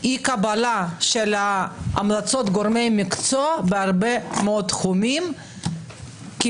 אי קבלה של המלצות גורמי מקצוע בהרבה מאוד תחומים כי